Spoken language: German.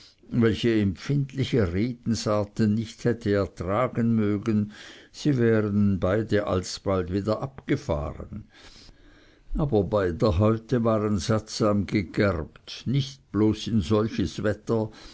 welche empfindliche redensarten nicht hätte ertragen mögen sie wären beide alsbald wieder abgefahren aber beider häute waren sattsam gegerbt nicht bloß in solches wetter